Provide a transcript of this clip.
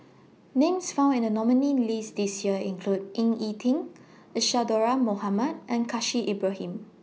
Names found in The nominees' list This Year include Ying E Ding Isadhora Mohamed and Khalil Ibrahim